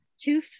two